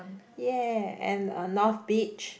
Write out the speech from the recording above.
ya and a north beach